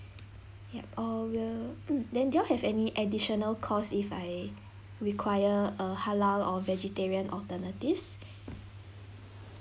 ya oh will mm then do you all have any additional cost if I require a halal or vegetarian alternatives